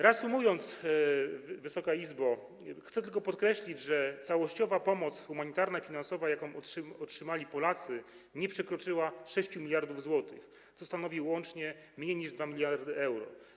Reasumując, Wysoka Izbo, chcę tylko podkreślić, że całościowa pomoc humanitarna i finansowa, jaką otrzymali Polacy, nie przekroczyła 6 mld zł, co stanowi łącznie mniej niż 2 mld euro.